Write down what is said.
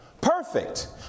Perfect